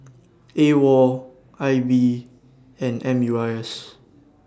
A WOL I B and M U I S